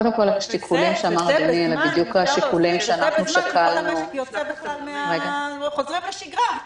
וזה בזמן שכל המשק חוזר לשגרה.